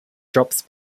drops